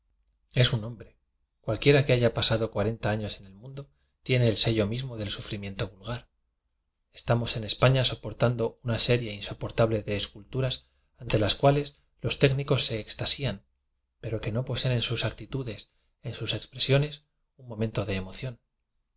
es un hombre cualquiera que haya pasado cuarenta años en el mundo tiene el sello mismo del sufrimiento vulgar estamos en españa soportando una serie insoporta ble de esculturas ante las cuales los técnieos se extasían pero que no poseen en sus actitudes en sus expresiones un momento de emoción